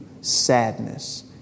sadness